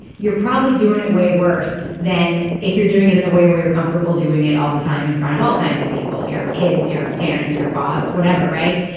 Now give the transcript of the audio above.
you're probably doing it way worse than if you're doing it in a way where you're comfortable doing it all the time in front of all kinds of people, your kids, your parents, your boss, whatever. right.